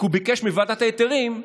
כי הוא ביקש מוועדת ההיתרים,